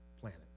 planet